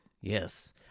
Yes